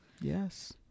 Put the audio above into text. Yes